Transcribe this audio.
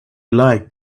like